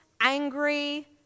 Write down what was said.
angry